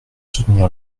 soutenir